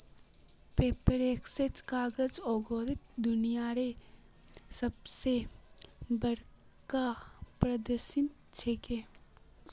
Paperex कागज उद्योगत दुनियार सब स बढ़का प्रदर्शनी छिके